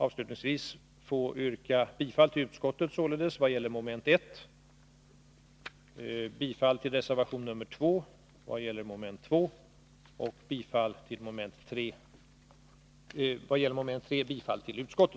Avslutningsvis ber jag att få yrka bifall till utskottets hemställan när det gäller mom. 1, till reservation 2 när det gäller mom. 2 och till utskottets hemställan när det gäller mom. 3.